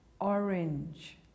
orange